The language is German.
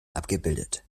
abgebildet